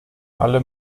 alle